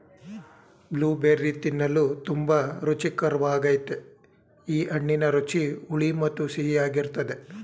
blueberry ತಿನ್ನಲು ತುಂಬಾ ರುಚಿಕರ್ವಾಗಯ್ತೆ ಈ ಹಣ್ಣಿನ ರುಚಿ ಹುಳಿ ಮತ್ತು ಸಿಹಿಯಾಗಿರ್ತದೆ